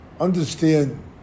understand